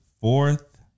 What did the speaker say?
fourth